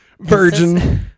Virgin